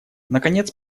наконец